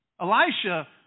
Elisha